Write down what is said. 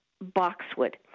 boxwood